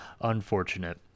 unfortunate